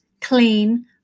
clean